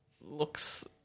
looks –